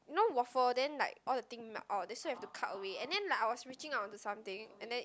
you know waffle and then like all the thing melt out then still have to cut away and then like I was reaching out onto something and then it